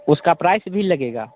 उसका प्राइस भी लगेगा